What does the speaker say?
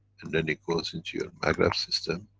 and then it goes into your magrav system.